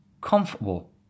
COMFORTABLE